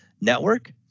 network